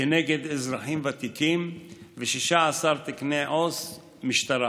כנגד אזרחים ותיקים, ו-16 תקני עו"ס משטרה.